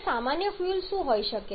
હવે સામાન્ય ફ્યુઅલ શું હોઈ શકે